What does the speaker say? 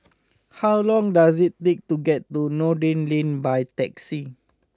how long does it take to get to Noordin Lane by taxi